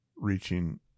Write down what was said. reaching